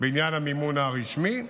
בעניין המימון הרשמי.